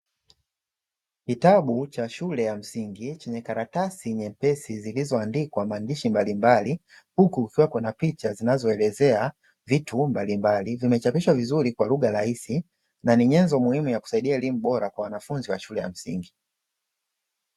Kitabu cha shule ya msingi chenye karatasi nyepesi zilizoandikwa maandishi mbalimbali, huku kukiwa kuna picha zinazoelezea vitu mbalimbali, vimechapishwa vizuri kwa lugha rahisi na ni nyenzo muhimu ya kusaidia elimu bora kwa wanafunzi wa shule ya msingi.